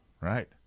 right